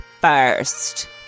first